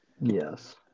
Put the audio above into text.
Yes